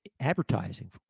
advertising